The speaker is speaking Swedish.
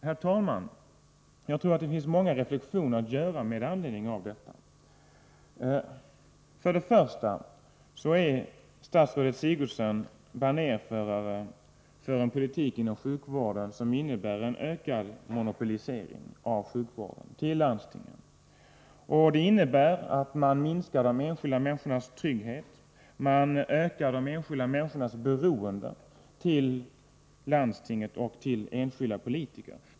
Herr talman! Det finns många reflexioner att göra med anledning av detta. Först och främst är statsrådet Sigurdsen banerförare för en politik inom sjukvården som innebär en ökad monopolisering av sjukvården till landstingen. Det innebär att man minskar de enskilda människornas trygghet och ökar deras beroende av landstingen och enskilda politiker.